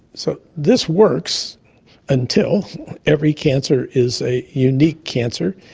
so this works until every cancer is a unique cancer,